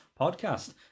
Podcast